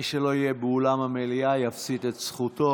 מי שלא יהיה באולם המליאה יפסיד את זכותו.